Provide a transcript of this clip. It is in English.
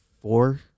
four